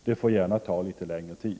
Det får gärna ta litet längre tid.